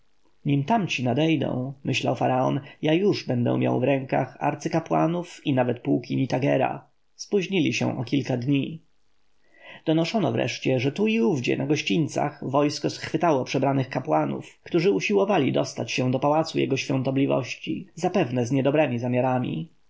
tamci nadejdą myślał faraon ja już będę miał w rękach arcykapłanów i nawet pułki nitagera spóźnili się o kilka dni donoszono wreszcie że tu i owdzie na gościńcach wojsko schwytało przebranych kapłanów którzy usiłowali dostać się do pałacu jego świątobliwości zapewne z niedobremi zamiarami